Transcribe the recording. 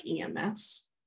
EMS